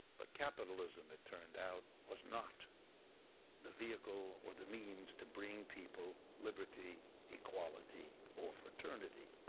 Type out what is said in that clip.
but capitalism, it turned out, was not the vehicle or the means to bring people liberty, equality, or fraternity.